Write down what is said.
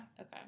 Okay